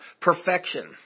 perfection